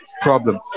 problem